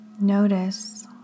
Notice